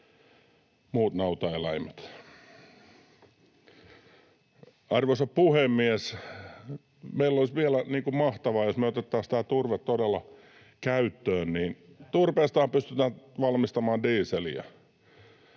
muut nautaeläimet. Arvoisa puhemies! Olisi mahtavaa, jos otettaisiin turve todella käyttöön. Turpeestahan pystytään valmistamaan dieseliä.